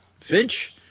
Finch